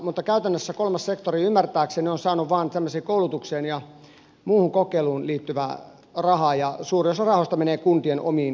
mutta käytännössä kolmas sektori ymmärtääkseni on saanut vain tämmöiseen koulutukseen ja muuhun kokeiluun liittyvää rahaa ja suurin osa rahoista menee kuntien omiin toimintoihin